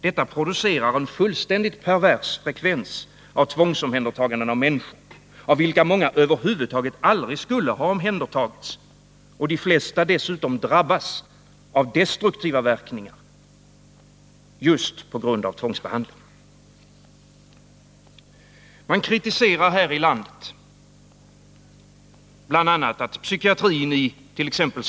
Detta producerar en fullständigt pervers frekvens av tvångsomhändertaganden av människor, av vilka många över huvud taget aldrig skulle ha omhändertagits och av vilka de flesta dessutom drabbas av destruktiva verkningar just på grund av tvångsbehandlingen. Man kritiserar här i landet bl.a. att psykiatrin it.ex.